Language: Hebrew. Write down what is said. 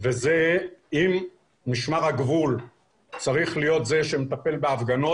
והיא אם משמר הגבול צריך להיות זה שמטפל בהפגנות.